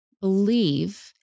believe